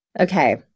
Okay